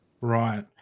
right